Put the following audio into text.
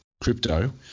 crypto